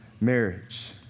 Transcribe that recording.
marriage